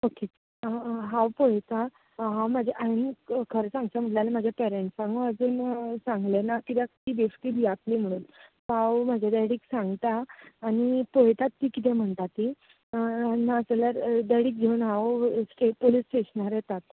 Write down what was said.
okay हांव पळयता हांव म्हाज्या आनीक खरें सांगचें म्हणलें आल्या म्हाज्या पॅरणसांगूय अजून सांगलें ना किद्याक तीं बेश्टी भियाताली म्हणून सो हांव म्हज्या दॅडीक सांगता आनी पळयतात तीं किदें म्हणटा तीं नाजाल्यार दॅडीक घेवन हांव स्ट्रेट पोलीस स्टेश्नार येतात